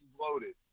loaded